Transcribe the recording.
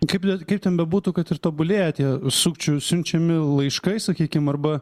kaip te kaip ten bebūtų kad ir tobulėja tie sukčių siunčiami laiškai sakykim arba